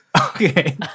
Okay